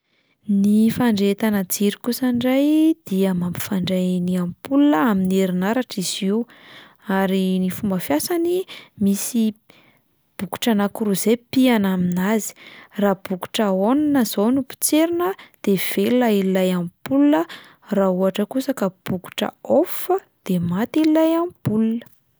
Ny fandrehetana jiro koa indray dia mampifandray ny ampola amin'ny herinaratra izy io ary ny fomba fiasany misy bokotra anankiroa izay pihina aminazy, raha bokotra on izao no potserina de velona ilay ampola, raha ohatra kosa ka bokotra off de maty ilay ampola.